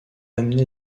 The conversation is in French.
amené